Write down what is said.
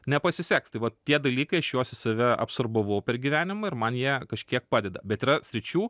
nepasiseks tai vat tie dalykai aš juos į save absorbavau per gyvenimą ir man jie kažkiek padeda bet yra sričių